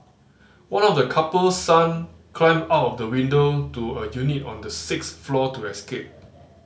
one of the couple's son climbed out the window to a unit on the sixth floor to escape